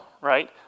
right